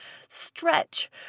stretch